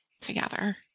together